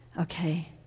Okay